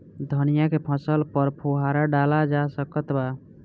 धनिया के फसल पर फुहारा डाला जा सकत बा?